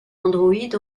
android